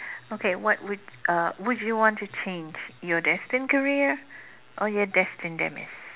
okay what would uh would you want to change your destined career or your destined demise